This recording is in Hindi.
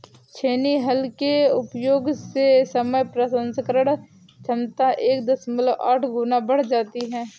छेनी हल के उपयोग से समय प्रसंस्करण क्षमता एक दशमलव आठ गुना बढ़ जाती है